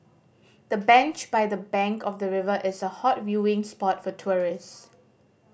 the bench by the bank of the river is a hot viewing spot for tourists